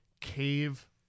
cave